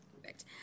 Perfect